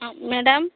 madam